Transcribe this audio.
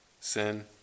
sin